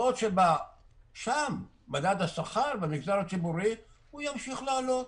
בעוד שבמגזר הציבורי מדד השכר ימשיך לעלות,